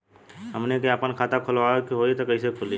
हमनी के आापन खाता खोलवावे के होइ त कइसे खुली